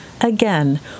Again